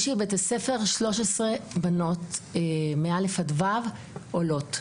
יש לי בבית הספר 13 בנות מכיתה א' עד ו' שהן עולות חדשות.